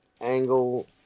Angle